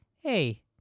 hey